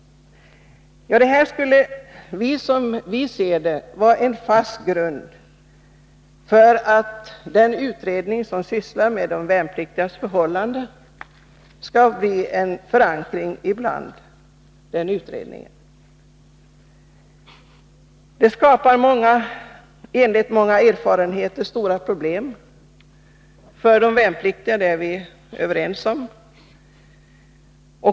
Detta skulle, som vi ser det, vara en fast grund för den utredning som sysslar med de värnpliktigas förhållanden. Det finns enligt många erfarenheter stora problem för de värnpliktiga.